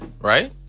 right